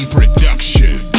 production